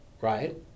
right